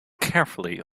carefully